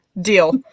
Deal